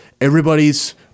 everybody's